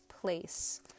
place